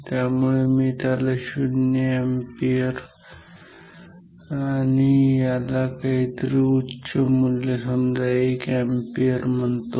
त्यामुळे मी याला 0 एंपियर आणि याला काहीतरी उच्च मूल्य समजा 1 एंपियर म्हणतो